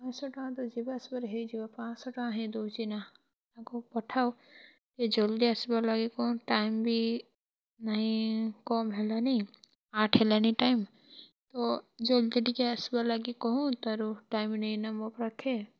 ପାଁସ ଟଙ୍କା ତ ଯିବା ଆସିବାରେ ହେଇଯିବ ପାଁସ ଟଙ୍କା ହିଁ ଦୋଉଚି ନା ତାଙ୍କୁ ପଠାଅ ଟିକେ ଜଲ୍ଦି ଆସିବା ଲାଗି କହନ୍ ଟାଇମ୍ ବି ନାଇଁ କମ୍ ହେଲାନି ଆଠ୍ ହେଲାଣି ଟାଇମ୍ ତ ଜଲ୍ଦି ଟିକିଏ ଆସିବା ଲାଗି କହୁନ୍ ଆରୁ ଟାଇମ୍ ନେଇଁନା ମୋ ପାଖେ